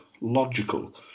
logical